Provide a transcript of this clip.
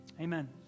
Amen